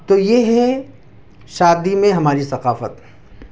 تو یہ ہے شادی میں ہماری ثقافت